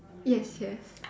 yes yes